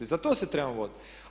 Za to se trebamo boriti.